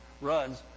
runs